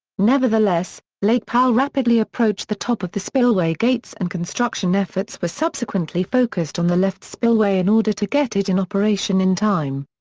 nevertheless, lake powell rapidly approached the top of the spillway gates and construction efforts were subsequently focused on the left spillway in order to get it in operation in time.